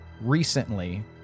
recently